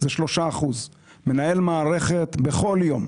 3%. מנהל מערכת בכל יום,